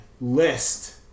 list